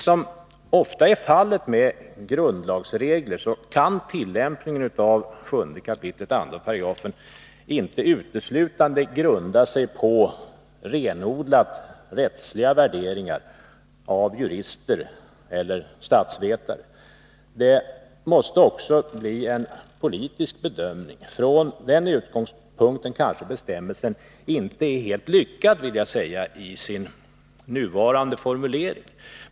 Som ofta är förhållandet när det gäller grundlagsregler kan tillämpningen av 7 kap. 2§ inte uteslutande grunda sig på renodlat rättsliga värderingar av jurister eller statsvetare. Det måste också bli en politisk bedömning, och från den utgångspunkten är kanske bestämmelsen inte helt lyckad i sin nuvarande formulering.